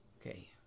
Okay